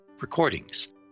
recordings